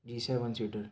G seven seater